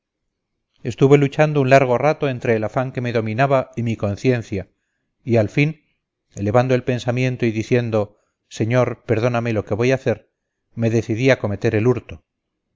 estuve luchando un largo rato entre el afán que me dominaba y mi conciencia y al fin elevando el pensamiento y diciendo señor perdóname lo que voy hacer me decidí a cometer el hurto